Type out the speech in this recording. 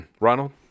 Ronald